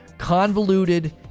convoluted